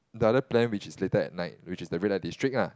the other plan which is later at night which is the red light district lah